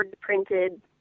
printed